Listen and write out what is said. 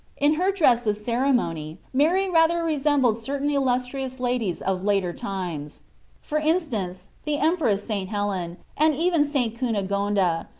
in her dress of ceremony mary rather resembled certain illustrious ladies of later times for instance, the empress st. helen and even st. cunegonda,